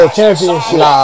championship